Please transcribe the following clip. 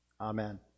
Amen